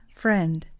friend